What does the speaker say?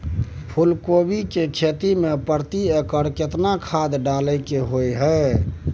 फूलकोबी की खेती मे प्रति एकर केतना खाद डालय के होय हय?